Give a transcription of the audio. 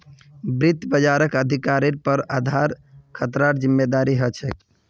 वित्त बाजारक अधिकारिर पर आधार खतरार जिम्मादारी ह छेक